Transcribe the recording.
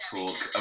talk